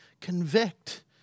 convict